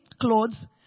clothes